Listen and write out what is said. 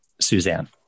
Suzanne